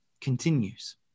continues